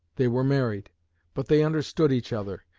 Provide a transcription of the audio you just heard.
they were married but they understood each other,